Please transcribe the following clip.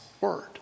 word